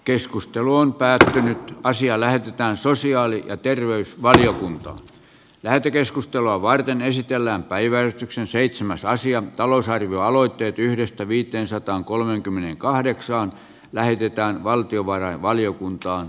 keskustelu on päätetty asia lähetetään sosiaali ja terveysvaliokunta lähetekeskustelua varten esitellään päivän kisan seitsemäs aasia talousarvioaloitteet lähetetään valtiovarainvaliokuntaan